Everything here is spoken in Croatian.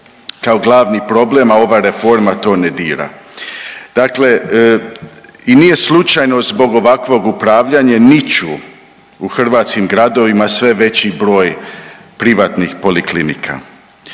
kao glavni problem a ova reforma to ne dira. Dakle, i nije slučajno zbog ovakvog upravljanja niču u hrvatskim gradovima sve veći broj privatnih poliklinika.